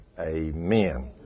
amen